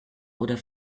oder